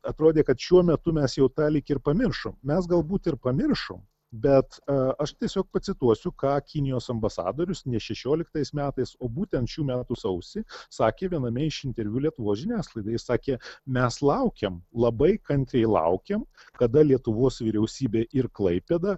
atrodė kad šiuo metu mes jau tą lyg ir pamiršom mes galbūt ir pamiršom bet aš tiesiog pacituosiu ką kinijos ambasadorius ne šešioliktais metais o būtent šių metų sausį sakė viename iš interviu lietuvos žiniasklaidai sakė mes laukėm labai kantriai laukėm kada lietuvos vyriausybė ir klaipėda